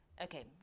Okay